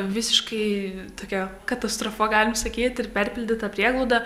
visiškai tokia katastrofa galim sakyt ir perpildyta prieglauda